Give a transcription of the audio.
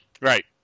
Right